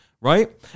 right